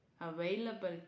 available